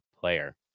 player